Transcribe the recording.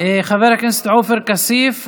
חבר הכנסת עופר כסיף,